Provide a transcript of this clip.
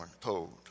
told